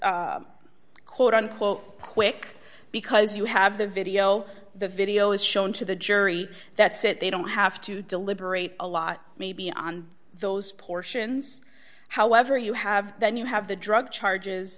was quote unquote quick because you have the video the video is shown to the jury that's it they don't have to deliberate a lot maybe on those portions however you have then you have the drug charges